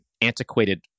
antiquated